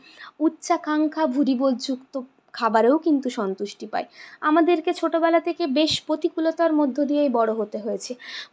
উচ্চাকাঙ্ক্ষা ভুরিভোজ যুক্ত খাবারেও কিন্তু সন্তুষ্টি পাই আমাদেরকে ছোটোবেলা থেকে বেশ প্রতিকুলতার মধ্য দিয়েই বড়ো হতে হয়েছে